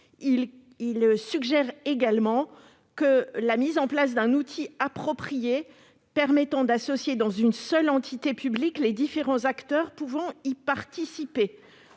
suggère également la mise en place d'un outil approprié permettant d'associer dans une seule entité publique les différents acteurs pouvant y participer.